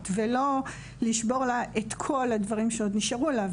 ולא לשבור לה את כל הדברים שעוד נשארו לה.